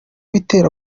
witera